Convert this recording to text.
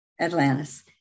atlantis